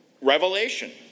revelation